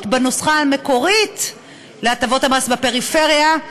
בנוסחה המקורית להטבות המס בפריפריה,